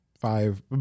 five